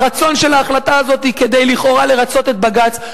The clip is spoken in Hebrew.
רצון של ההחלטה הזו כדי לכאורה לרצות את בג"ץ,